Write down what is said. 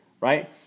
right